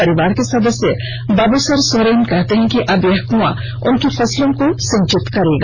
परिवार के सदस्य बाबूसर सोरेन कहते हैं कि अब यह कुआं उनकी फसलों को सिंचित करेगा